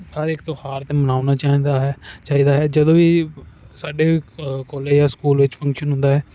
ਹਰ ਇੱਕ ਤਿਓਹਾਰ ਮਨਾਉਣਾ ਚਾਹੀਦਾ ਹੈ ਚਾਹੀਦਾ ਹੈ ਜਦੋਂ ਵੀ ਸਾਡੇ ਕੋ ਕੋਲੇਜ ਜਾਂ ਸਕੂਲ ਵਿੱਚ ਫ਼ੰਕਸ਼ਨ ਹੁੰਦਾ ਹੈ